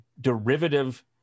derivative